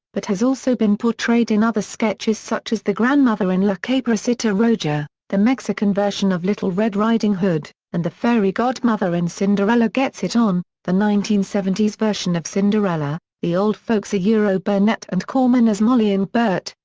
but has also been portrayed in other sketches such as the grandmother in la caperucita roja, the mexican version of little red riding hood, and the fairy godmother in cinderella gets it on, the nineteen seventy s version of cinderella the old folks yeah burnett and korman as molly and bert,